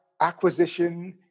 Acquisition